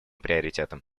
приоритетом